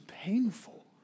painful